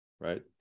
right